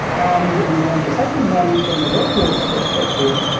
and you know and the second one from a workload's perspective,